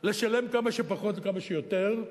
לשלם כמה שפחות לכמה שיותר,